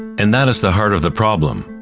and that is the heart of the problem.